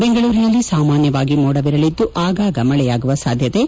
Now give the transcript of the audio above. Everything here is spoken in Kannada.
ಬೆಂಗಳೂರಿನಲ್ಲಿ ಸಾಮಾನ್ಯವಾಗಿ ಮೋಡವಿರಲಿದ್ದು ಆಗಾಗ ಮಳೆಯಾಗುವ ಸಾಧ್ಯತೆ ಇದೆ